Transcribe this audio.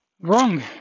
wrong